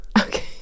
Okay